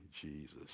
Jesus